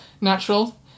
natural